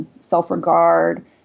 self-regard